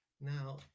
now